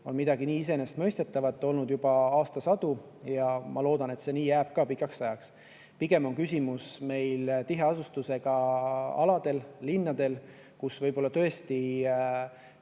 midagi nii iseenesestmõistetavat juba aastasadu ja ma loodan, et see jääb nii pikaks ajaks. Pigem on meil küsimus tiheasustusega aladel linnades, kus võib olla tõesti